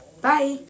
Bye